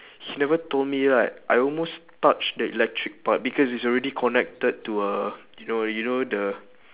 he never told me right I almost touch the electric part because it's already connected to a you know you know the